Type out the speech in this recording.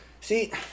See